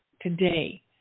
today